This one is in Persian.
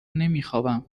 نمیخوابم